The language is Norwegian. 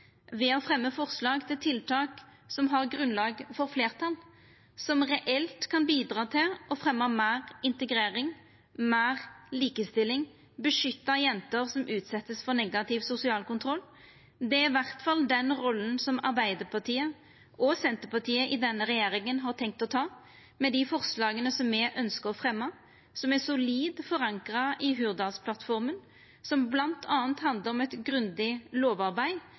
forslag til tiltak som har eit grunnlag for fleirtal, som reelt kan bidra til å fremja meir integrering, meir likestilling og å beskytta jenter som vert utsette for negativ sosial kontroll. Det er i alle fall den rolla som Arbeidarpartiet og Senterpartiet i denne regjeringa har tenkt å ta, med dei forslaga som me ønskjer å fremja, som er solid forankra i Hurdalsplattforma, som bl.a. handlar om eit grundig lovarbeid,